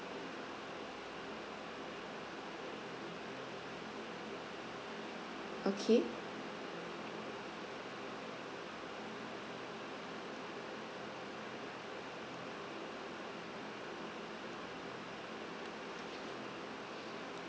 okay